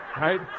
Right